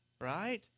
right